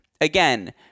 again